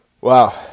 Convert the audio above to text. Wow